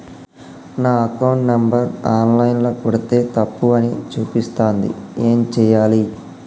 నా account number online ల కొడ్తే తప్పు అని చూపిస్తాంది ఏం చేయాలి?